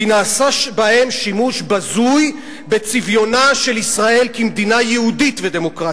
כי נעשה בהם שימוש בזוי בצביונה של ישראל כמדינה יהודית ודמוקרטית.